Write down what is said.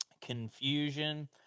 confusion